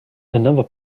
another